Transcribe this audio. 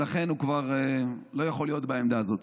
ולכן הוא כבר לא יכול להיות בעמדה הזאת.